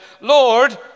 Lord